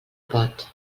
pot